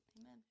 Amen